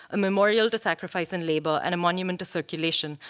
a memorial to sacrifice and labor, and a monument to circulation,